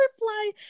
reply